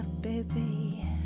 baby